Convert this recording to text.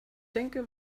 denke